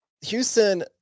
Houston